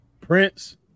Prince